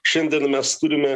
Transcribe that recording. šiandien mes turime